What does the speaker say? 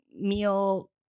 meal